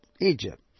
Egypt